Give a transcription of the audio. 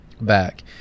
back